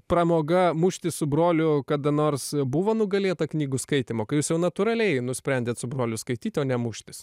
pramoga muštis su broliu kada nors buvo nugalėta knygų skaitymo kai jūs jau natūraliai nusprendėt su broliu skaityt o ne muštis